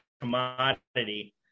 commodity